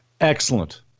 Excellent